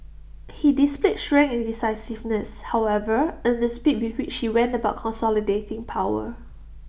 he displayed strength and decisiveness however in the speed with which she went about consolidating power